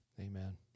Amen